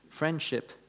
Friendship